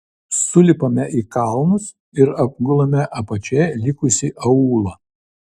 sulipame į kalnus ir apgulame apačioje likusį aūlą